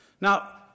Now